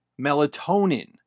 melatonin